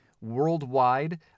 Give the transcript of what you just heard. worldwide